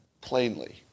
plainly